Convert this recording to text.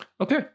okay